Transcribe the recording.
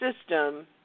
system